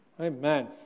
Amen